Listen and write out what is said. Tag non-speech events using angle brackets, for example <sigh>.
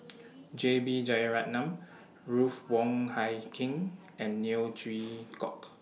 <noise> J B Jeyaretnam Ruth Wong Hie King and Neo Chwee Kok